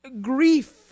grief